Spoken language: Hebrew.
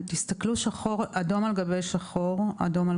תסתכלו שחור על גבי לבן.